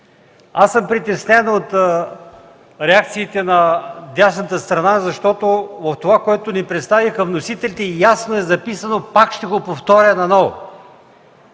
Аз съм притеснен от реакциите на дясната страна на залата, защото от това, което ни представиха вносителите, ясно е записано – пак ще го повторя отново